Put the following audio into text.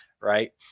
right